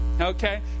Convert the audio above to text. Okay